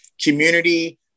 community